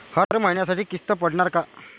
हर महिन्यासाठी किस्त पडनार का?